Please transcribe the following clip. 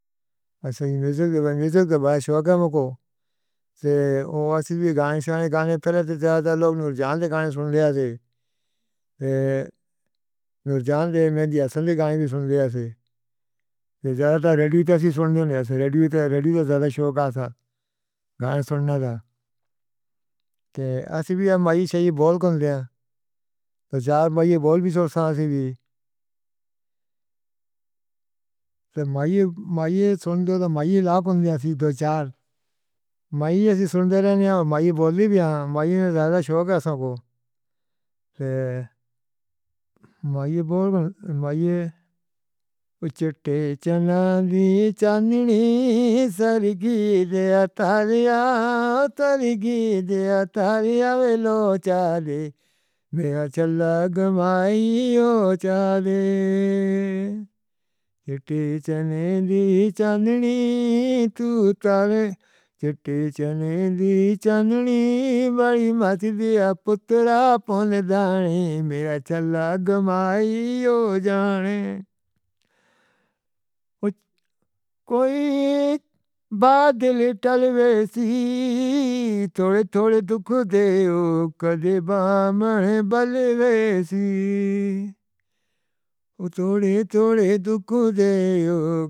ساں سنگیت سنگیت دے بارے شوق ہے مُکّ۔ تو اساں وی گانے شانے گانے پہلے تاں زیادہ تر لوک نورجہاں دے گانے سُنّے ہوندے۔ تے نورجہاں دی مہندی اصل دے گانے وی سُنّے ہاں سی۔ تے زیادہ تر ریڈیو آسی سُندے ہونڈے ہیں ریڈیو ریڈیو تاں ریڈیو تاں زیادہ شوق سی گانے سُنّن دا۔ تے اساں وی مایا چایا بول کُڈّے آں تے مایا بول سُنّساں اساں وی۔ تے مایا مایا سُنّدے تے مایا لاکُڈّے آں سی دو چار مایا آسی سُنّدے رہندے آں مایا بولدی بیا۔ مایا دا زیادہ شوق ہے سوں کو۔ تے مایا بولمائی او چٹّے چنے دی چاندنی تُو تلے سر گِدّھ اُتاریاں تاریاں ویلو چالے میرا چھلّہ گنوایو چالے۔ چٹّے چنے دی چاندنی تُو تلے چٹّے چنے دی چاندنی بڑے ماتھے دا پُترّا پونڈیاں میرا چھلّہ گنوایو جانے۔ کوئی بادل ٹلویسی تھوڑے تھوڑے دکھ دیو۔